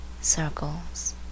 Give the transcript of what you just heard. Circles